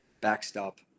backstop